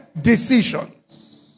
decisions